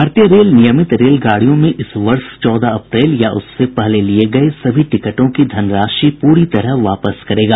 भारतीय रेल नियमित रेलगाड़ियों में इस वर्ष चौदह अप्रैल या उससे पहले लिए गये सभी टिकटों की धनराशि पूरी तरह वापस करेगा